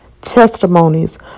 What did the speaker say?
testimonies